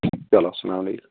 چلو اَلسلام علیکُم